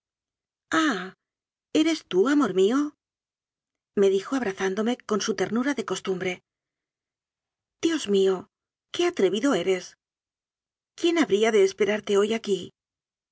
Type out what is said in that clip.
eres tú amor mío me dijo abra zándome con su ternura de costumbre dios mío qué atrevido eres quién habría de esperarte hoy aquí